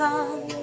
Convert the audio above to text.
sun